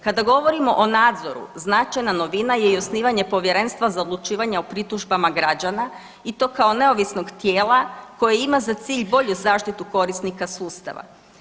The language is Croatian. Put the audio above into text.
Kada govorimo o nadzoru značajna novina je i osnivanje Povjerenstva za odlučivanje o pritužbama građana i to kao neovisnog tijela koje ima za cilj bolju zaštitu korisnika sustava.